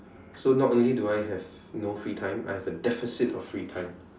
so not only do I have no free time I have a deficit of free time